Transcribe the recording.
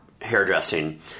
hairdressing